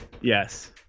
Yes